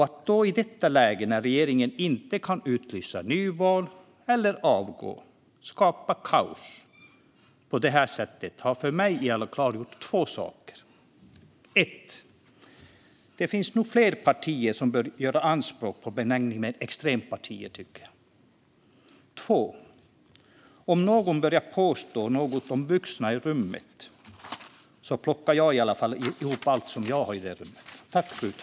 Att då i detta läge, när regeringen inte kan utlysa nyval eller avgå, skapa kaos på detta sätt har för mig klargjort två saker. För det första finns det nog fler partier som bör göra anspråk på benämningen "extrempartier". För det andra: Om någon börjar prata om vuxna i rummet så plockar jag undan allt jag har i rummet!